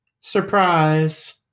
Surprise